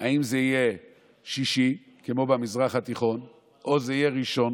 אם זה יהיה שישי כמו במזרח התיכון או שזה יהיה יום ראשון,